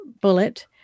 bullet